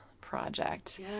project